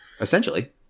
Essentially